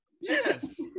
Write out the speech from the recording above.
Yes